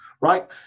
right